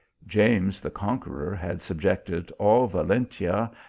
james the conqueror had subjected all valentia,